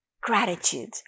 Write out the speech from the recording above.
gratitude